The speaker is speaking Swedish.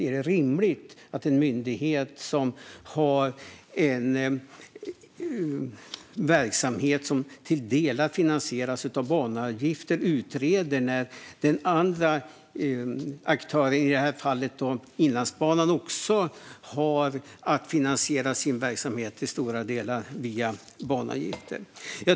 Är det rimligt att en myndighet som har en verksamhet som till delar finansieras av banavgifter utreder när den andra aktören, i det här fallet Inlandsbanan, också har att finansiera sin verksamhet till stora delar via banavgifter?